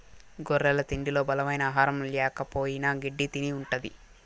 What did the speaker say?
గొర్రెల తిండిలో బలమైన ఆహారం ల్యాకపోయిన గెడ్డి తిని ఉంటది